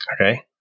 Okay